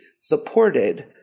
supported